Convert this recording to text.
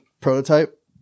prototype